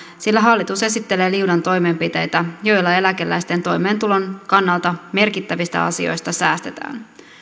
sillä hallitus esittelee liudan toimenpiteitä joilla eläkeläisten toimeentulon kannalta merkittävistä asioista säästetään